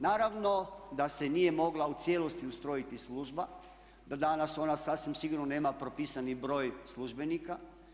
Naravno da se nije mogla u cijelosti ustrojiti služba, da danas ona sasvim sigurno nema propisani broj službenika.